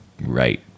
right